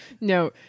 no